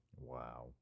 Wow